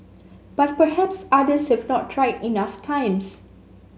but perhaps others have not tried enough times